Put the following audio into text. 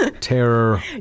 Terror